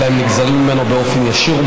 אלא הם נגזרים ממנו באופן ישיר,